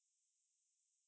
food err F_N_B